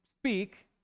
speak